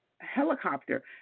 helicopter